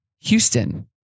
Houston